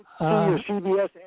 CBS